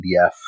PDF